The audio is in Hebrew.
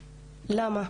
למה?